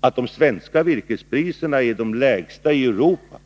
Att de svenska virkespriserna är de lägsta i Europa